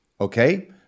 Okay